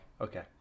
okay